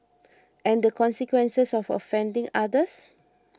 and the consequence of offending others